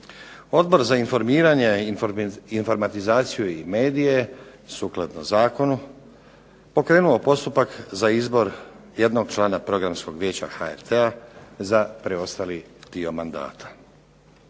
Odbor za informiranje, informatizaciju i medije je sukladno zakonu pokrenuo postupak za izbor jednog člana Programskog vijeća HRT-a za preostali dio mandata.